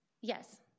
Yes